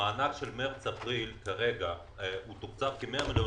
המענק של מארס-אפריל כרגע תוקצב ב-100 מיליון